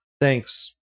Thanks